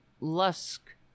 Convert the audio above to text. Lusk